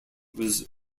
was